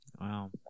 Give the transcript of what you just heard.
Wow